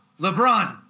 LeBron